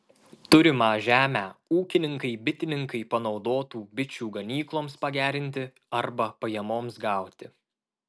turimą žemę ūkininkai bitininkai panaudotų bičių ganykloms pagerinti arba pajamoms gauti